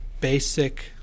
basic